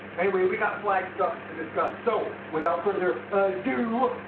anyway, we got flag stuff to discuss. so! without further ado.